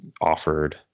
offered